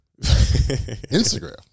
Instagram